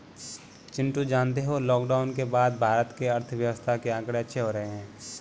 चिंटू जानते हो लॉकडाउन के बाद भारत के अर्थव्यवस्था के आंकड़े अच्छे हो रहे हैं